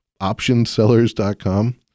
Optionsellers.com